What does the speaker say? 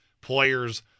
players